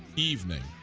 evening